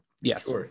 Yes